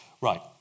Right